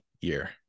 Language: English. year